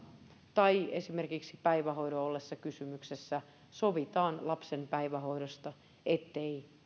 tai esimerkiksi päivähoidon ollessa kysymyksessä sovitaan lapsen päivähoidosta ettei